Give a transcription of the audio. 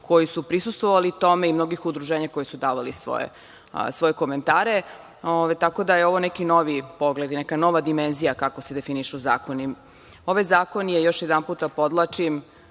koji su prisustvovali tome i mnogih udruženja koja su davali svoje komentare. Ovo je neki novi pogled i neka nova dimenzija kako se definišu zakoni. Ovaj zakon je, još jedanputa podvlačim,